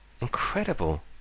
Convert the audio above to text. Incredible